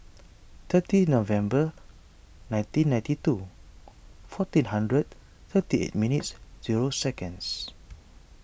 thirty November nineteen ninety two fourteen hundred thirty eight minutes zero seconds